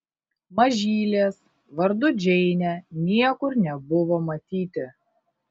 mažylės vardu džeinė niekur nebuvo matyti